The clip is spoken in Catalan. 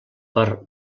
per